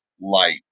light